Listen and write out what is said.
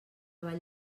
vall